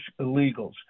illegals